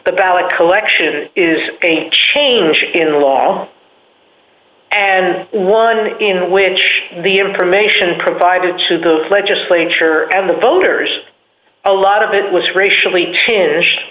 the ballot collection is a change in the law and one in which the information provided to the legislature and the voters a lot of it was racially